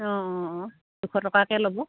অঁ অঁ অঁ দুশ টকাকৈ ল'ব